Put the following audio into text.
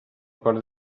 part